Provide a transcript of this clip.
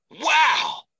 Wow